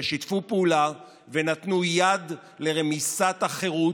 ששיתפו פעולה ונתנו יד לרמיסת החירות,